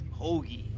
Hoagie